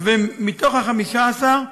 ומתוך ה-15,